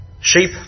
sheep